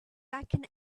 like